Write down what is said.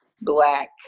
Black